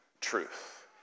truth